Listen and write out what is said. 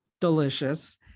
delicious